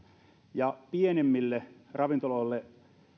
ja pienemmille ravintoloille